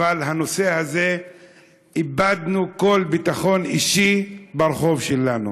אבל הנושא הזה איבדנו כל ביטחון אישי ברחוב שלנו.